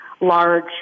large